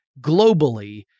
globally